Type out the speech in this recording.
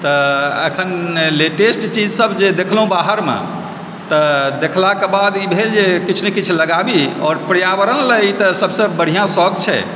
तऽ अखन लेटेस्ट चीजसभ जे देखलहुँ बाहरमे तऽ देखलाक बाद ई भेल जे किछु ने किछु लगाबी आओर पर्यावरण लेल ई तऽ सभसे बढिआँ शौक छै